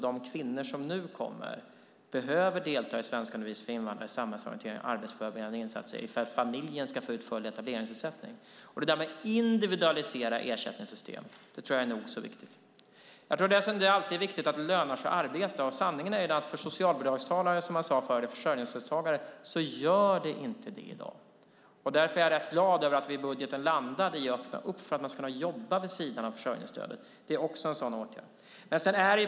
De kvinnor som nu kommer behöver delta i svenskundervisning för invandrare, i samhällsorientering och i arbetsförberedande insatser för att familjen ska få ut etableringsersättning. Att individualisera ersättningssystemet tror jag är nog så viktigt. Dessutom ska det alltid löna sig att arbeta. Sanningen är den att för socialbidragstagare, som man sade tidigare, alltså för försörjningsstödstagare, gör det inte det i dag. Därför är jag glad att vi i budgeten landade i att öppna upp för att man ska kunna jobba vid sidan av försörjningsstödet. Det är en viktig åtgärd.